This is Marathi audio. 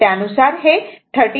तेव्हा हे 13